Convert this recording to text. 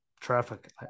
traffic